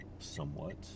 somewhat